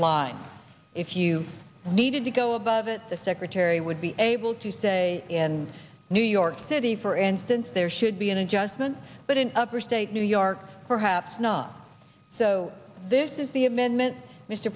line if you needed to go above it the secretary would be able to say in new york city for instance there should be an adjustment but in upstate new york perhaps not so this is the amendment mr